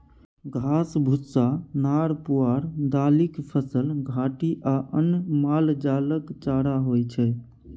घास, भुस्सा, नार पुआर, दालिक फसल, घाठि आ अन्न मालजालक चारा होइ छै